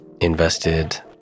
invested